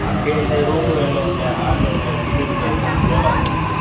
அப்படியே இந்த ரூம்முகளில் உள்ள ஹால்லில் உள்ள சீலிங் ஃபேன்ல்லாம் ஸ்லோவாக இருக்குது